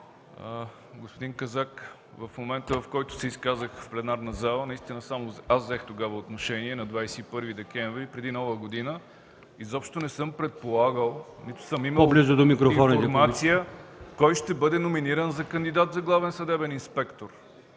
Господин Казак, в момента, в който се изказах в пленарната зала, тогава само аз взех отношение – на 21 декември, преди Нова година. Изобщо не съм предполагал, нито съм имал информация кой ще бъде номиниран за кандидат за главен съдебен инспектор.